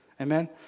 Amen